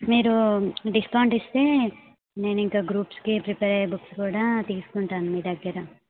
మీరు డిస్కౌంట్ ఇస్తే నేను ఇంకా గ్రూప్స్కి ప్రిపేర్ అయ్యే బుక్స్ కూడా తీసుకుంటాను మీ దగ్గర